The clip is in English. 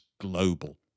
global